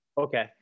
Okay